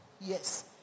Yes